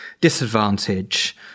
disadvantage